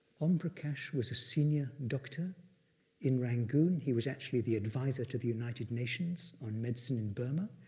om prakash was a senior doctor in rangoon. he was actually the advisor to the united nations on medicine in burma.